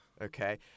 Okay